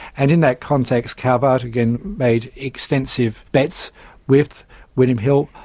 and in that context calvert again made extensive bets with william hill,